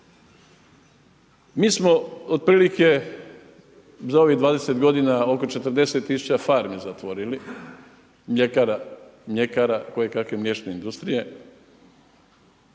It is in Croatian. Mi smo otprilike za ovih 20 godina oko 40 tisuća farmi zatvorili, mljekara, koje kakve mliječne industrije.